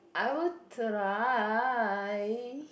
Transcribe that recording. I will try